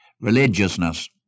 religiousness